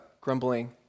grumbling